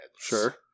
Sure